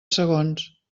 segons